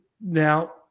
now